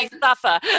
suffer